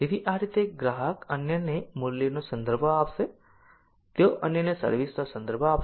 તેથી આ રીતે ગ્રાહક અન્યને મૂલ્યનો સંદર્ભ આપશે તેઓ અન્યને સર્વિસ નો સંદર્ભ આપશે